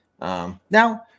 Now